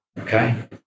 Okay